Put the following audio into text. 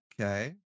Okay